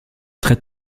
très